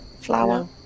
flower